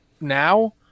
now